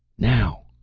now,